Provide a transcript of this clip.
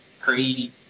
crazy